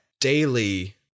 daily